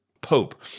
Pope